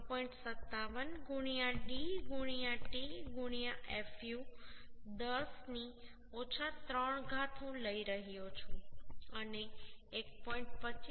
57 d t fu 10 ની ઓછા 3 ઘાત હું લઈ રહ્યો છું અને 1